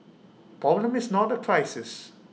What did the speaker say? A problem is not A crisis